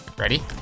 ready